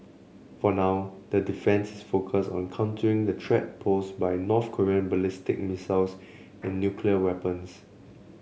for now that defence is focused on countering the threat posed by North Korean ballistic missiles and nuclear weapons